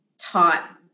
taught